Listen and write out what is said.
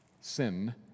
sin